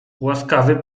łaskawy